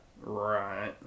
Right